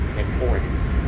important